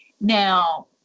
Now